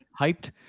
hyped